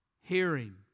hearing